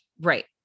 Right